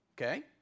Okay